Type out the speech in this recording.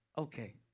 Okay